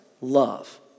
love